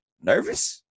Nervous